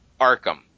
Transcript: arkham